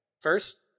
first